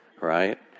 right